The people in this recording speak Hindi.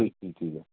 बिलकुल ठीक है